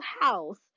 house